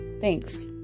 Thanks